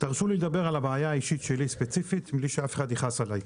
תרשו לי לדבר על הבעיה שלי הספציפית בלי שאף אחד יכעס עלי.